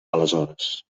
aleshores